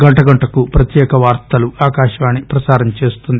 గంటగంటకు ప్రత్యేక వార్తలను ఆకాశవాణి ప్రసారం చేస్తుంది